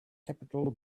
capitol